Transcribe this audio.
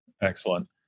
Excellent